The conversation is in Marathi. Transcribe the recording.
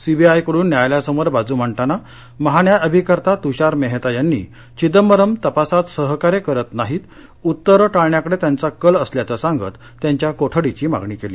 सीबीआयकडून न्यायालयासमोर बाजू मांडताना महान्यायअभिकर्ता तूषार मेहता यांनी चिदंबरम तपासात सहकार्य करत नाहीत उत्तरं टाळण्याकडे त्यांचा कल असल्याचं सांगत त्यांच्या कोठडीची मागणी केली